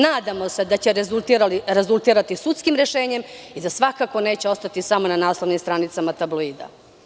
Nadamo se da će rezultirati sudskim rešenjem i da svakako neće ostati samo na naslovnim stranicama tabloida.